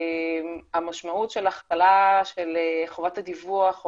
המשמעות של הכפלה של חובת הדיווח או